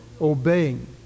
obeying